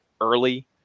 early